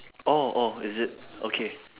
oh oh is it okay